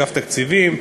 אגף תקציבים.